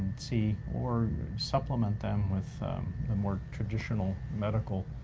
see or supplement them with the more traditional medical